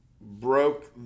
broke